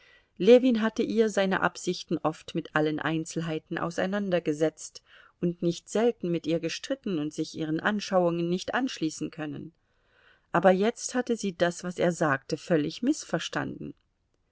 ljewin hatte ihr seine absichten oft mit allen einzelheiten auseinandergesetzt und nicht selten mit ihr gestritten und sich ihren anschauungen nicht anschließen können aber jetzt hatte sie das was er sagte völlig mißverstanden